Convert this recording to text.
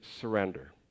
surrender